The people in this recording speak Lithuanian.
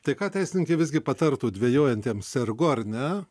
tai ką teisininkai visgi patartų dvejojantiems sergu ar ne